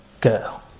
girl